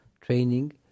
training